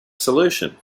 solution